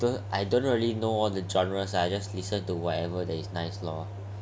oh I don't really know all the genres lah I just listen to whatever that is nice lor